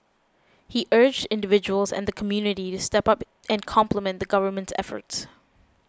he urged individuals and the community to step up and complement the government's efforts